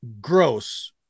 gross